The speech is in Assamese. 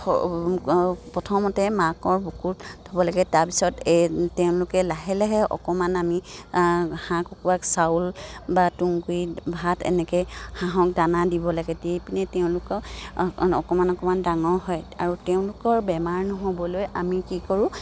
প্ৰথমতে মাকৰ বুকুত থ'ব লাগে তাৰপিছত তেওঁলোকে লাহে লাহে অকমান আমি হাঁহ কুকৰাক চাউল বা তুঁহগুড়ি ভাত এনেকে হাঁহক দানা দিব লাগে দি পিনে তেওঁলোকক অকমান অকমান ডাঙৰ হয় আৰু তেওঁলোকৰ বেমাৰ নহ'বলৈ আমি কি কৰোঁ